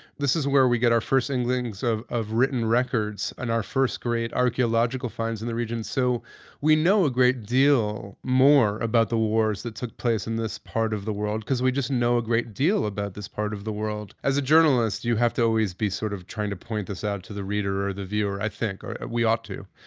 this is where we get our first inklings of of written records and our first great archeological finds in the region. so we know a great deal more about the wars that took place in this part of the world, because we just know a great deal about this part of the world. as a journalist you have to always be sort of trying to point this out to the reader or the viewer, i think, or we ought to.